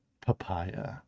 papaya